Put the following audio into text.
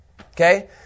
okay